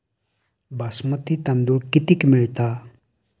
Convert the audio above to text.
बासमती तांदूळ कितीक मिळता?